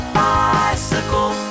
bicycle